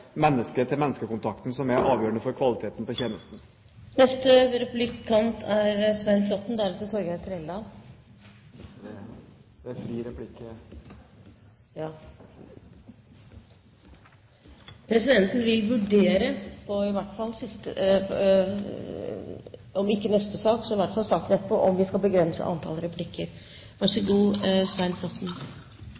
mennesker med maskinelle operasjoner. For her er det menneske-til-menneske-kontakten som er avgjørende for kvaliteten på tjenesten. Det er fri replikkrunde? Ja. Presidenten vil vurdere, om ikke i neste sak, så i hvert fall i saken etterpå, om vi skal begrense antall replikker.